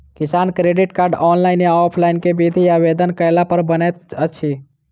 किसान credit card, online या offline केँ विधि सँ आवेदन कैला पर बनैत अछि?